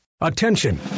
Attention